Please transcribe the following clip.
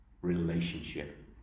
Relationship